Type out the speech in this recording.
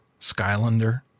Skylander